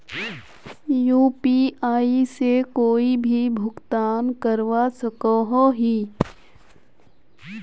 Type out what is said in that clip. UPI से कोई भी भुगतान करवा सकोहो ही?